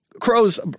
crows